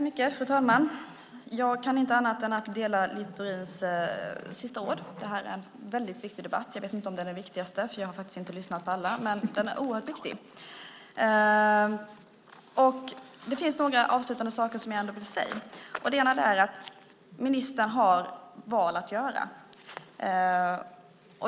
Fru talman! Jag kan inte annat än att dela Littorins sista ord. Detta är en väldigt viktig debatt. Jag vet inte om det är den viktigaste, eftersom jag inte har lyssnat på alla. Men den är oerhört viktig. Det finns några avslutande saker som jag ändå vill säga. En sak är att ministern har val att göra.